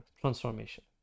transformation